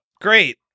Great